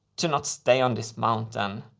to not stay on this mountain.